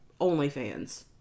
OnlyFans